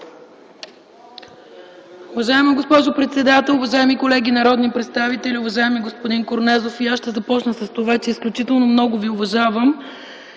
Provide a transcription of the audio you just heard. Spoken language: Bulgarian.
Уважаема госпожо председател, уважаеми колеги народни представители! Уважаеми господин Корнезов, и аз ще започна с това, че изключително много Ви уважавам